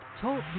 Talk